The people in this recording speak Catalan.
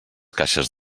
caixes